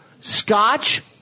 Scotch